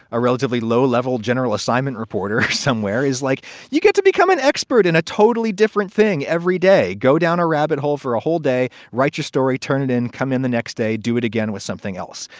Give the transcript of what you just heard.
a relatively low level general assignment reporter somewhere is like you get to become an expert in a totally different thing every day, go down a rabbit hole for a whole day, write your story, turn it in, come in the next day, do it again with something else.